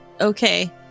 Okay